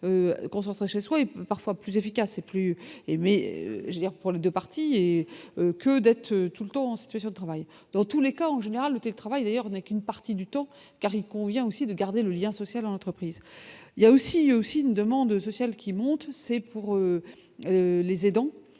jours chez soi et parfois plus efficace et plus émet mais hier pour les 2 parties et que d'être tout le temps en situation de travail dans tous les cas, en général, télétravail, d'ailleurs, n'est qu'une partie du temps car il convient aussi de garder le lien social, entreprises, il y a aussi aussi une demande sociale qui monte, c'est pour les aidants